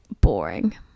boring